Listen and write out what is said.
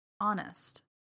honest